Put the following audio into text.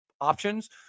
options